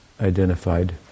identified